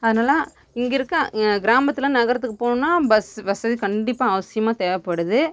அதனால இங்கிருக்க கிராமத்தில் நகரத்துக்கு போகணுன்னா பஸ்ஸு வசதி கண்டிப்பாக அவசியமாக தேவைப்படுது